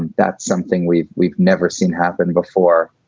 that's something we've we've never seen happen before.